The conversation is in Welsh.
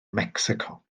mecsico